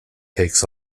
takes